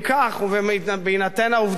ובהינתן העובדה הזאת,